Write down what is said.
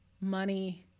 money